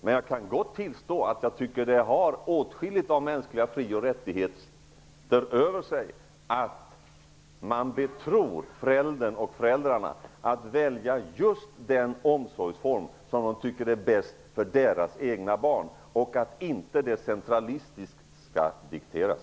Men jag kan gott tillstå att jag tycker att det har åtskilligt av mänskliga fri och rättigheter över sig att man betror föräldrarna att välja just den omsorgsform som de tycker är bäst för deras egna barn och att inte det centralistiskt skall dikteras.